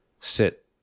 sit